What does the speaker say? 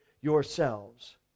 yourselves